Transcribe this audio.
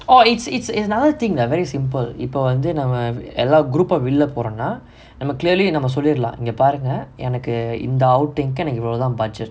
or it's it's it's another thing lah very simple ippa வந்து நம்ம:இப்ப vanthu namma group ah வெளில போறோனா நம்ம:velila poronaa namma clearly நம்ம சொல்லீர்லாம் இங்க பாருங்க எனக்கு இந்த:namma solleerlaam inga paarunga enakku intha outing எனக்கு இவ்ளோ தான்:enakku ivlo thaan budget